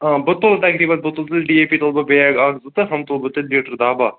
آ بہٕ تُلہٕ تقریباً بہٕ تُلہٕ ڈی اَے پی تُلہٕ بہٕ بیگ اکھ زٕ یِم تُلہٕ بہٕ تُلہٕ لیٖٹر دَہ باہ